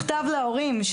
מכתב להורים.